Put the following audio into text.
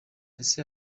ese